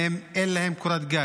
שאין להם קורת גג.